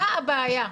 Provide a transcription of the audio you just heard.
מה הבעיה?